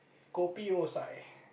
kopi O side